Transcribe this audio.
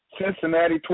Cincinnati